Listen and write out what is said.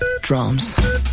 Drums